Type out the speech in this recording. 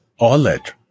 OLED